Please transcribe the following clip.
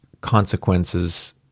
consequences